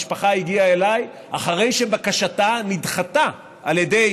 המשפחה הגיעה אליי אחרי שבקשתה נדחתה על ידי